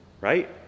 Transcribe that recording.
right